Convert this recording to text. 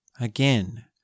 Again